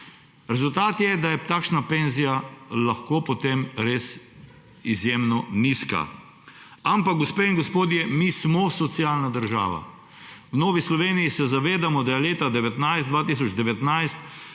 takšen – da je takšna penzija lahko potem res izjemno nizka. Ampak, gospe in gospodje, mi smo socialna država. V Novi Sloveniji se zavedamo, da je leta 2019